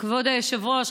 כבוד היושב-ראש,